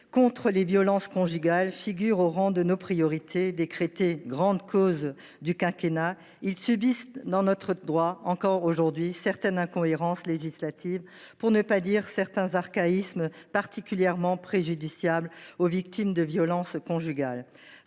contre les violences conjugales, figure au rang de nos priorités, décrétée grande cause du quinquennat, il subsiste dans notre droit certaines incohérences législatives – pour ne pas dire certains archaïsmes –, particulièrement préjudiciables aux victimes de violences conjugales.